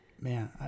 man